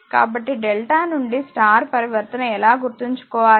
కాబట్టి డెల్టా నుండి స్టార్ పరివర్తన ఎలా గుర్తుంచుకోవాలి